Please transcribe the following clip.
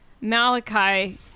Malachi